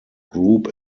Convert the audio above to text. group